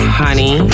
honey